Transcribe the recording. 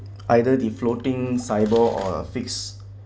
either the floating cyber or fixed